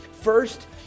First